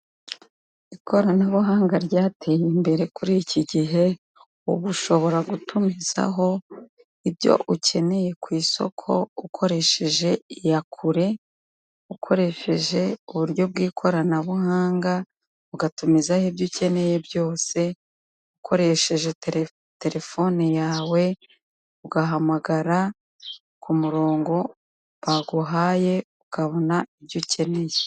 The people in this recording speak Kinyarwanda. Ikoranabuhanga ryateye imbere kuri iki gihe, ubu ushobora gutumizaho ibyo ukeneye ku isoko, ukoresheje iyakure, ukoresheje uburyo bw'ikoranabuhanga, ugatumizaho ibyo ukeneye byose ukoresheje tele telephone yawe, ugahamagara ku murongo baguhaye ukabona ibyo ukeneye.